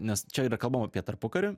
nes čia yra kalbama apie tarpukarį